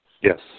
Yes